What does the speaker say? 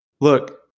Look